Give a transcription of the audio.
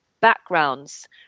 backgrounds